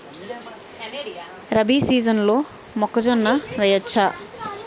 రబీ సీజన్లో మొక్కజొన్న వెయ్యచ్చా?